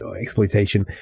exploitation